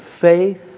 faith